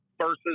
versus